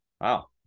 wow